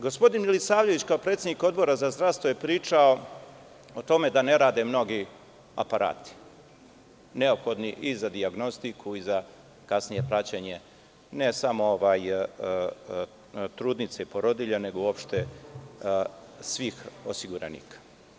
Gospodin Milisavljević, kao predsednik Odbora za zdravstvo, je pričao o tome da ne rade mnogi aparati neophodni i za dijagnostiku i za kasnije praćenje, ne samo trudnica i porodilja, nego uopšte svih osiguranika.